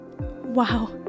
Wow